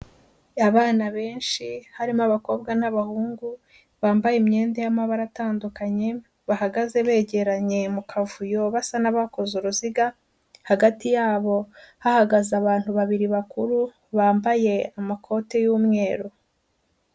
Abana benshi harimo abakobwa n'abahungu bambaye imyenda y'amabara atandukanye. Bahagaze begeranye mu kavuyo, basa n'abakoze uruziga. Hagati yabo hahagaze abantu babiri bakuru, bambaye amakoti y'umweru.